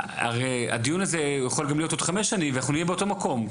הרי הדיון הזה הוא יכול גם להיות עוד חמש שנים ואנחנו נהיה באותו מקום.